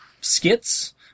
skits